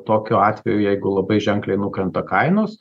tokiu atveju jeigu labai ženkliai nukrenta kainos